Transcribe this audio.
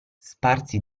sparsi